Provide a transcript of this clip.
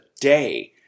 day